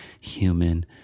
human